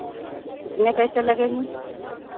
कितने पैसे लगेंगे